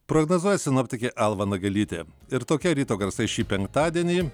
prognozuoja sinoptikė alma nagelytė ir tokie ryto garsai šį penktadienį